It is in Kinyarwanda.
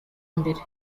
mbere